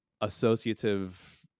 associative